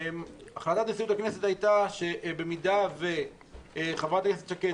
החלטת נשיאות הכנסת הייתה שבמידה וחברת הכנסת איילת שקד,